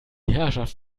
herrschaft